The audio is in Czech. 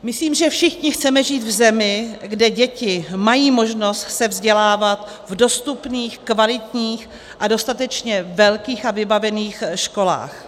Myslím, že všichni chceme žít v zemi, kde děti mají možnost se vzdělávat v dostupných, kvalitních a dostatečně velkých a vybavených školách.